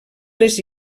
les